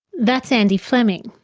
that's andy fleming,